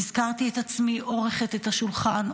נזכרתי בעצמי עורכת את השולחן,